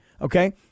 okay